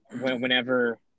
whenever